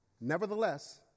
Nevertheless